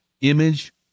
image